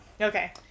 Okay